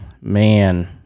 Man